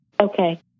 Okay